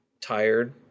tired